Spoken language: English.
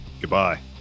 Goodbye